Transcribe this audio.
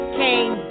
came